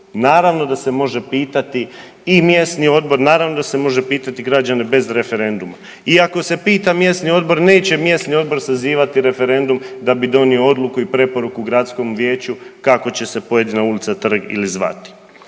Naravno da se može pitati i mjesni odbor, naravno da se može pitati građane bez referenduma i ako se pita mjesni odbor, neće mjesni odbor sazivati referendum da bi donio odluku i preporuku gradskom vijeću kako će se pojedina ulica, trg ili zvati.